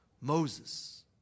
Moses